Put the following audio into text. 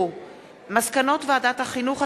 מסקנות ועדת החינוך,